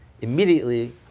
immediately